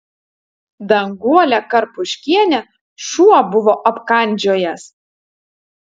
danguolę karpuškienę šuo buvo apkandžiojęs